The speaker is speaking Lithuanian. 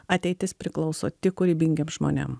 ateitis priklauso tik kūrybingiem žmonėm